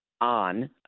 on